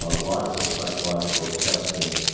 lots of psychological testing.